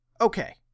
Okay